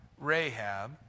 Rahab